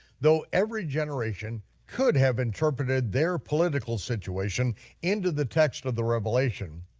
though every generation could have interpreted their political situation into the text of the revelation,